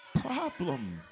problem